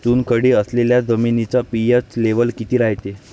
चुनखडी असलेल्या जमिनीचा पी.एच लेव्हल किती रायते?